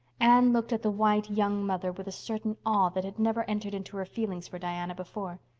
anne looked at the white young mother with a certain awe that had never entered into her feelings for diana before.